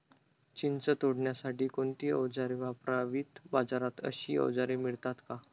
चिंच तोडण्यासाठी कोणती औजारे वापरावीत? बाजारात अशी औजारे मिळतात का?